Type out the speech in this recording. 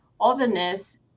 otherness